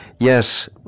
Yes